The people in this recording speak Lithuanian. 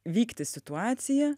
vykti situacija